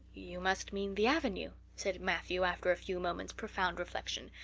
you must mean the avenue, said matthew after a few moments' profound reflection.